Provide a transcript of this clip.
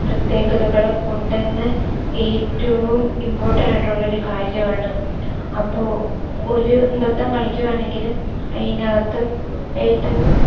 പ്രത്യേകതകള് ഉണ്ടെന്ന് ഏറ്റവും ഇമ്പോർട്ടൻറ്റായിട്ടുള്ളൊരു കാര്യാണ് അപ്പോ ഒര് നൃത്തം കളിക്കുവാണെങ്കിലും അയിനാകത്ത് ഏറ്റവും